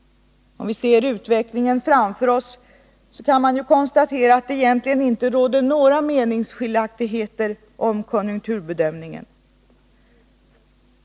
Om vi ser till utvecklingen framför oss, kan vi konstatera att det egentligen inte råder några meningsskiljaktigheter i fråga om konjunkturbedömningen.